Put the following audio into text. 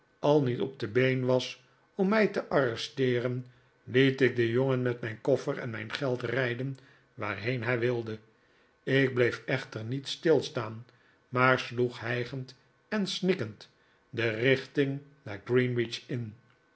al niet op de been was om mij te arresteeren liet ik den jongen met mijn koffer en mijn geld rijden waarheen hij wilde ik bleef echter niet stilstaan maar sloeg hijgend en snikkend de richting naar greenwich in